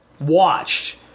watched